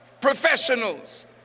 professionals